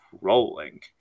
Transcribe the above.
rolling